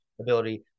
ability